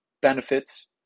benefits